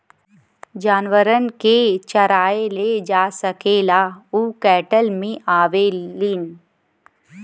जानवरन के चराए ले जा सकेला उ कैटल मे आवेलीन